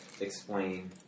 explain